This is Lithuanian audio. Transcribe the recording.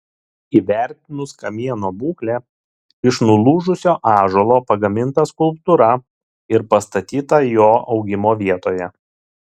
įvertinus kamieno būklę iš nulūžusio ąžuolo pagaminta skulptūra ir pastatyta jo augimo vietoje